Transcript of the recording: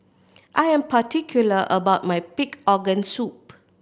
I am particular about my pig organ soup